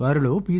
వారిలో పి